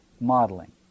modeling